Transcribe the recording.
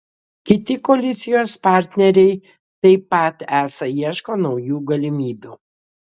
kiti koalicijos partneriai taip pat esą ieško naujų galimybių